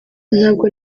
ntabwo